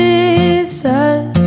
Jesus